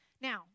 Now